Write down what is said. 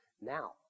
Now